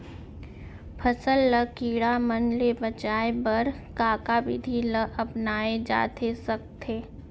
फसल ल कीड़ा मन ले बचाये बर का का विधि ल अपनाये जाथे सकथे?